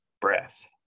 breath